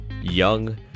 Young